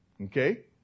okay